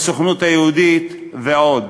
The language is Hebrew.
הסוכנות היהודית ועוד,